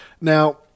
Now